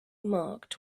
marked